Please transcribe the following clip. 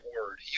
word